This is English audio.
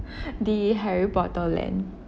the harry potter land